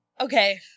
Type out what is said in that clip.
Okay